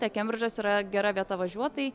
tiek kembridžas yra gera vieta važiuot tai